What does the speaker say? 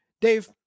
Dave